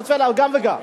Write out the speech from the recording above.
גם וגם.